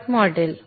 dot model